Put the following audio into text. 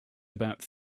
about